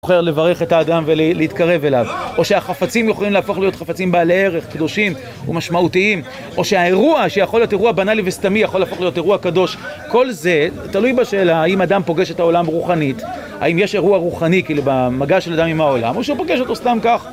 בוחר לברך את האדם ולהתקרב אליו או שהחפצים יכולים להפוך להיות חפצים בעלי ערך, קדושים ומשמעותיים או שהאירוע שיכול להיות אירוע בנאלי וסתמי יכול להפוך להיות אירוע קדוש. כל זה תלוי בשאלה האם האדם פוגש את העולם רוחנית האם יש אירוע רוחני כאילו במגע של האדם עם העולם או שהוא פוגש אותו סתם כך